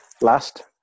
last